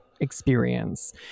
experience